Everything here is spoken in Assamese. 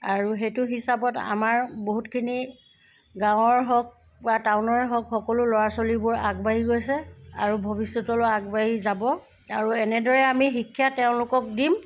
আৰু সেইটো হিচাপত আমাৰ বহুতখিনি গাঁৱৰ হওক বা টাউনৰে হওক সকলো ল'ৰা ছোৱালীবোৰ আগবাঢ়ি গৈছে আৰু ভৱিষ্যতলেও আগবাঢ়ি যাব আৰু এনেদৰে আমি শিক্ষা তেওঁলোকক দিম